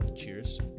Cheers